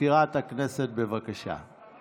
מזכירת הכנסת, בבקשה.